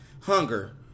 hunger